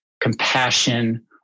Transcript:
compassion